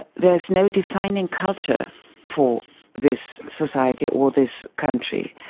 ah there's no defining culture for this society or this country.